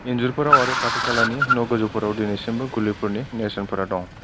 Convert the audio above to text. इनजुरफोराव आरो खाथि खालानि न' गोजौफोराव दिनैसिमबो गुलिफोरनि नेरसोनफोरा दं